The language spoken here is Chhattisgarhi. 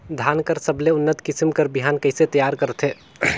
धान कर सबले उन्नत किसम कर बिहान कइसे तियार करथे?